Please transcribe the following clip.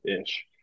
ish